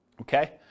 Okay